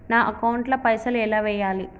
నా అకౌంట్ ల పైసల్ ఎలా వేయాలి?